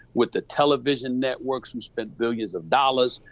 with the television networks who spent billions of dollars,